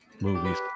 movies